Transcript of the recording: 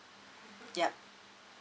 yup